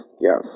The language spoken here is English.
yes